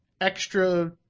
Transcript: extra